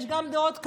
יש גם דעות כאלו.